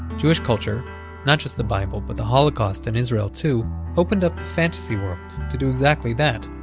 jewish culture not just the bible, but the holocaust and israel, too opened up a fantasy world to do exactly that.